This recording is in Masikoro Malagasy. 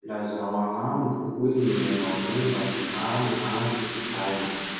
Lazao agnamiko hoe gny mombamomba gny hany agny Espaina?